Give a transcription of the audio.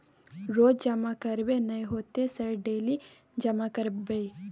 रोज जमा करबे नए होते सर डेली जमा करैबै?